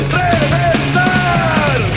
reventar